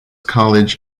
college